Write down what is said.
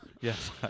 Yes